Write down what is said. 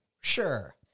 Sure